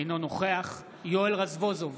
אינו נוכח יואל רזבוזוב,